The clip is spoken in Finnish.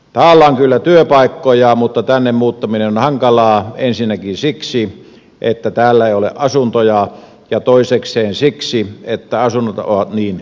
täällä on kyllä työpaikkoja mutta tänne muuttaminen on hankalaa ensinnäkin siksi että täällä ei ole asuntoja ja toisekseen siksi että asunnot ovat niin kalliita